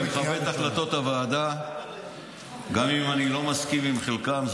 אני מכבד את החלטות הוועדה גם אם אני לא מסכים עם חלקן,